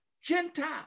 Gentile